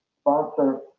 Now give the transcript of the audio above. sponsor